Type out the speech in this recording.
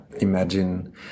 imagine